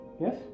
Yes